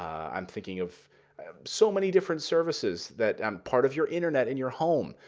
i'm thinking of so many different services that um part of your internet in your home,